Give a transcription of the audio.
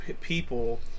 people